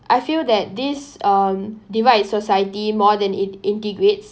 I feel that this um divide society more than it integrates